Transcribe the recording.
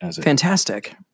Fantastic